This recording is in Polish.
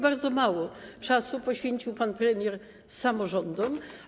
Bardzo mało czasu poświęcił pan premier samorządom.